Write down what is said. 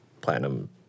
Platinum